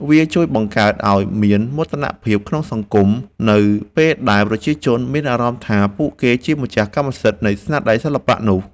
វាជួយបង្កើតឱ្យមានមោទនភាពក្នុងសហគមន៍ នៅពេលដែលប្រជាជនមានអារម្មណ៍ថាពួកគេជាម្ចាស់កម្មសិទ្ធិនៃស្នាដៃសិល្បៈនោះ។